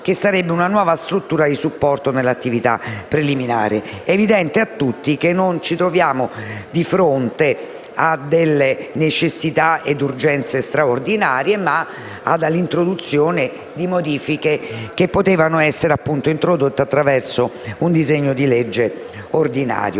che sarebbe una nuova struttura di supporto nell'attività preliminare. È evidente a tutti che non ci troviamo di fronte a necessità urgenti e straordinarie, ma a modifiche che potevano essere introdotte attraverso un disegno di legge ordinario.